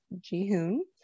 Ji-Hoon